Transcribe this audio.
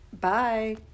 Bye